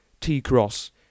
T-Cross